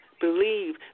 believe